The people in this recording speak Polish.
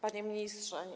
Panie Ministrze!